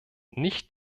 nicht